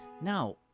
Now